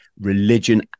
religion